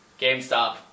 GameStop